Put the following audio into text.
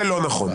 זה לא נכון.